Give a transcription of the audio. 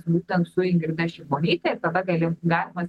būtent su ingrida šimonyte ir tada galim galima